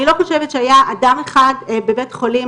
אני לא חושבת שהיה אדם אחד בבית חולים,